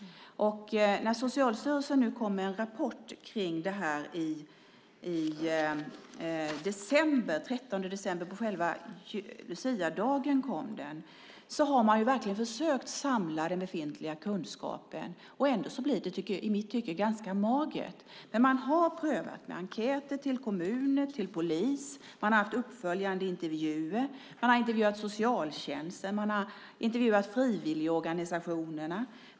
Socialstyrelsen kom med en rapport kring det här den 13 december - den kom på själva luciadagen. Man har verkligen försökt samla den befintliga kunskapen. Ändå blir det i mitt tycke ganska magert. Man har prövat med enkäter till kommuner och till polis. Man har haft uppföljande intervjuer. Man har intervjuat socialtjänsten. Man har intervjuat frivilligorganisationerna.